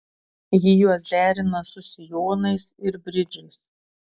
ji juos derina su sijonais ir bridžais